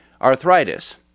arthritis